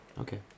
Okay